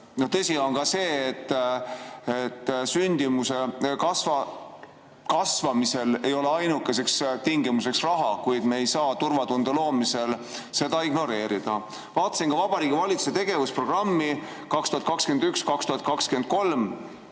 Tõsi on see, et sündimuse kasvamisel ei ole ainukeseks tingimuseks raha, kuid me ei saa turvatunde loomisel seda ignoreerida. Vaatasin ka Vabariigi Valitsuse tegevusprogrammi aastateks